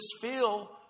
feel